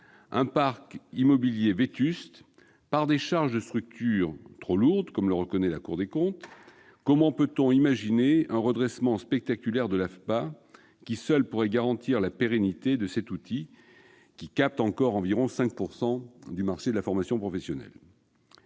un parc immobilier vétuste et par des charges de structure trop lourdes, comme le reconnaît la Cour des comptes, puisse connaître un redressement spectaculaire à même de garantir à lui seul la pérennité de cet outil qui capte encore environ 5 % du marché de la formation professionnelle ?